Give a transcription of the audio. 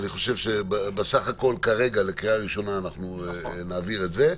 בסך הכול כרגע, לקריאה ראשונה, נעביר את זה.